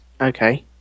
Okay